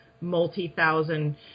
multi-thousand